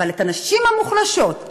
אבל הנשים המוחלשות,